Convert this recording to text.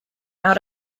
out